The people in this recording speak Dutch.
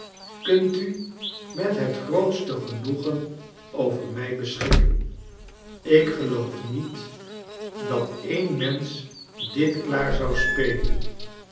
kunt u met het grootste genoegen over mij beschikken ik geloof niet dat een mensch dit klaar zou spelen